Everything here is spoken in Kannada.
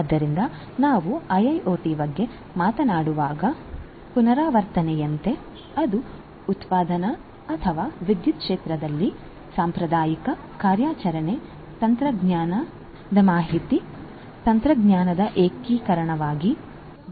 ಆದ್ದರಿಂದ ನಾವು ಐಐಒಟಿ ಬಗ್ಗೆ ಮಾತನಾಡುವಾಗ ಪುನರಾವರ್ತನೆಯಂತೆ ಅದು ಉತ್ಪಾದನಾ ಅಥವಾ ವಿದ್ಯುತ್ ಕ್ಷೇತ್ರದಲ್ಲಿ ಸಾಂಪ್ರದಾಯಿಕ ಕಾರ್ಯಾಚರಣೆ ತಂತ್ರಜ್ಞಾನದೊಂದಿಗೆ ಮಾಹಿತಿ ತಂತ್ರಜ್ಞಾನದ ಏಕೀಕರಣವಾಗಿದೆ